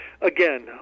again